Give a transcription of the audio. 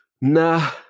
nah